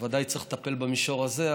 בוודאי צריך לטפל במישור הזה,